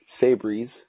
Sabres